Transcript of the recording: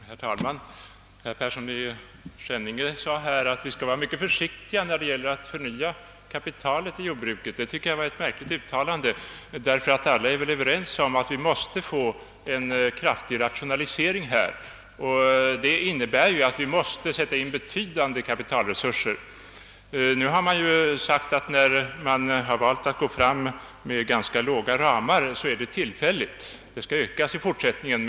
Herr talman! Herr Persson i Skänninge sade att vi bör vara mycket försiktiga när det gäller att förnya kapitalinsatserna i jordbruket. Det tycker jag var ett märkligt uttalande. Alla är väl överens om att vi måste få till stånd en kraftig rationalisering inom jordbruket. Detta förutsätter att vi måste sätta in betydande kapitalresurser. När man valt att gå fram med ganska låga ramar har man sagt, att detta är en tillfällig sak; ramarna skall öka i fortsättningen.